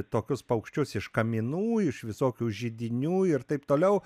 tokius paukščius iš kaminų iš visokių židinių ir taip toliau